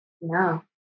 No